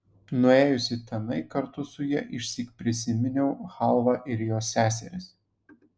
nuėjusi tenai kartu su ja išsyk prisiminiau chalvą ir jos seseris